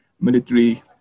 military